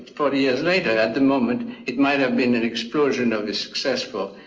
forty years later. at the moment it might have been an explosion of successful.